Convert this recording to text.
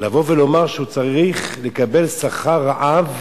לבוא ולומר שהוא צריך לקבל שכר רעב,